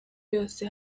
yose